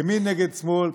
ימין נגד שמאל,